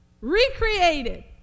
Recreated